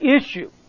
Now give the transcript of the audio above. issue